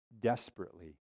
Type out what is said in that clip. desperately